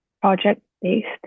project-based